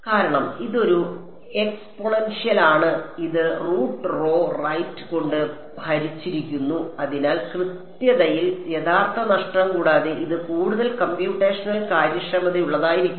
കാരണം ഇതൊരു എക്സ്പോണൻഷ്യലാണ് ഇത് റൂട്ട് റോ റൈറ്റ് കൊണ്ട് ഹരിച്ചിരിക്കുന്നു അതിനാൽ കൃത്യതയിൽ യഥാർത്ഥ നഷ്ടം കൂടാതെ ഇത് കൂടുതൽ കമ്പ്യൂട്ടേഷണൽ കാര്യക്ഷമതയുള്ളതായിരിക്കും